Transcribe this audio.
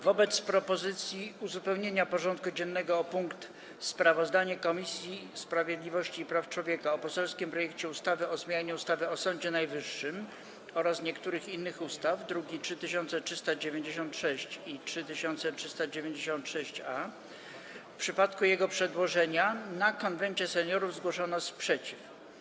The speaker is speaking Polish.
Wobec propozycji uzupełnienia porządku dziennego o punkt: Sprawozdanie Komisji Sprawiedliwości i Praw Człowieka o poselskim projekcie ustawy o zmianie ustawy o Sądzie Najwyższym oraz niektórych innych ustaw, druki nr 3396 i 3396-A, w przypadku jego przedłożenia na Konwencie Seniorów zgłoszono sprzeciw.